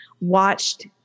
watched